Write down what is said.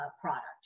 product